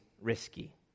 risky